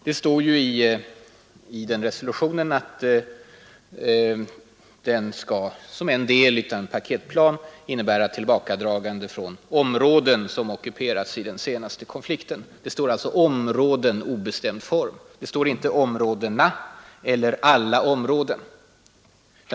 Det står ju i den resolutionen att den skall, som en del av en paketplan, innebära tillbakadragande från ”områden” som ockuperats i den senaste konflikten. Det står alltså ”områden” i obestämd form. Det står inte ”områdena” eller ”alla områden”.